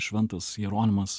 šventas jeronimas